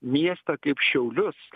miestą kaip šiaulius